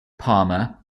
palmer